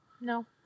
No